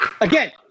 again